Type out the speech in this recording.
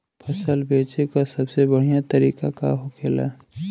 फसल बेचे का सबसे बढ़ियां तरीका का होखेला?